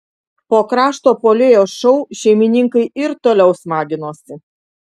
po krašto puolėjo šou šeimininkai ir toliau smaginosi